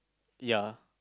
ya